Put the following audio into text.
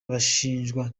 bashinjwa